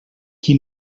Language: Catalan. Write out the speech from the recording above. qui